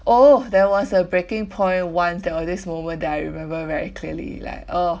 oh there was a breaking point once there was this moment that I remember very clearly like oh